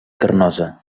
carnosa